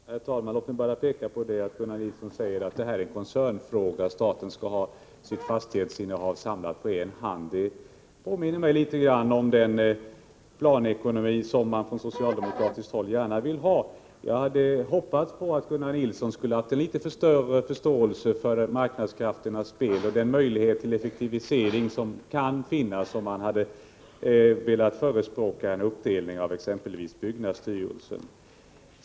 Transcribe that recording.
Herr talman! Gunnar Nilsson i Eslöv säger att statens fastighetsinnehav är en koncernfråga och att staten skall ha sina fastigheter samlade under en hatt. Det påminner litet grand om den planekonomi som man på socialdemokratiskt håll gärna vill ha. Jag hade hoppats på att Gunnar Nilsson skulle ha litet större förståelse för marknadskrafternas spel och för den möjlighet till effektivisering som kan uppstå vid en uppdelning av exempelvis byggnadsstyrelsen.